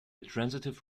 transitive